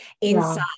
inside